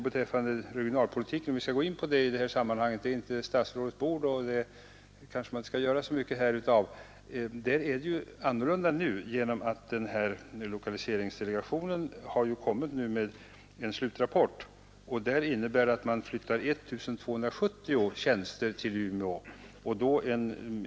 Beträffande regionalpolitiken — om vi skall gå in på den i det här sammanhanget; det är ju inte statsrådets ”bord” — är det annorlunda nu, eftersom lokaliseringsdelegationen har lagt fram en slutrapport, som innebär att man flyttar 1 270 tjänster till Umeå.